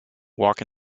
walk